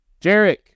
Jarek